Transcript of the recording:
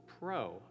pro